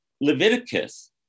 Leviticus